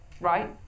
right